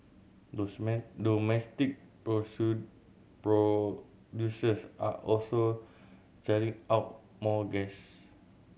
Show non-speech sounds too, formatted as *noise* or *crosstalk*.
*unintelligible* domestic *unintelligible* producers are also churning out more gas